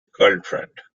girlfriend